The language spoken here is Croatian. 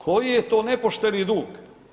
Koji je to nepošteni dug?